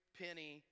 penny